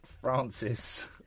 Francis